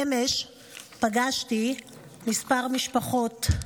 אמש פגשתי כמה משפחות,